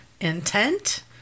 intent